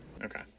Okay